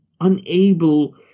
unable